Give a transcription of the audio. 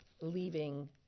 leaving